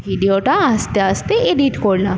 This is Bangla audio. ভিডিওটা আস্তে আস্তে এডিট করলাম